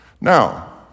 Now